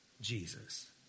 Jesus